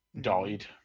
Died